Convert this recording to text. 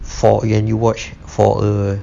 for and you watch for a